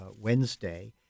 Wednesday